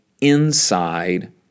inside